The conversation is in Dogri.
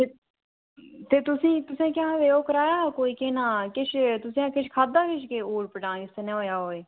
ते तुसेंईं ते तुसेंईं ओह् कराया कोई केह् नांऽ किश खाद्धा केह् किश ऊट पटांग जिस कन्नै होआ होऐ